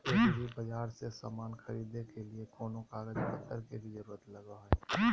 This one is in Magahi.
एग्रीबाजार से समान खरीदे के लिए कोनो कागज पतर के भी जरूरत लगो है?